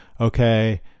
okay